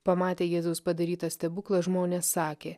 pamatę jėzaus padarytą stebuklą žmonės sakė